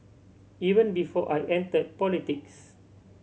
even before I entered politics